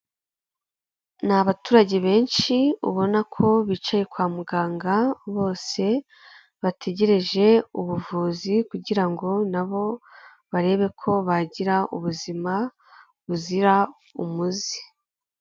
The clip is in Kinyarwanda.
Ni abaturage benshi ubona ko bicaye kwa muganga bose, bategereje ubuvuzi kugira ngo nabo barebe ko bagira ubuzima buzira umuze.